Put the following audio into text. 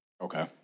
Okay